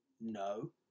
No